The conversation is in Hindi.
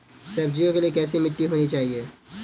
सब्जियों के लिए कैसी मिट्टी होनी चाहिए?